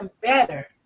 better